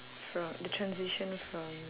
fro~ the transition from